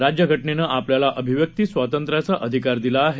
राज्य घटनेनं आपल्याला अभिव्यक्ती स्वातंत्र्याचा अधिकार दिला आहे